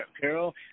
Carol